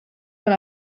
dans